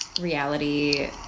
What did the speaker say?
reality